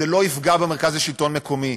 זה לא יפגע במרכז השלטון המקומי.